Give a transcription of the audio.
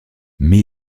mais